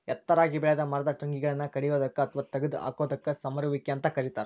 ಎತ್ತರಾಗಿ ಬೆಳೆದ ಮರದ ಟೊಂಗಿಗಳನ್ನ ಕಡಿಯೋದಕ್ಕ ಅತ್ವಾ ತಗದ ಹಾಕೋದಕ್ಕ ಸಮರುವಿಕೆ ಅಂತ ಕರೇತಾರ